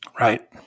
Right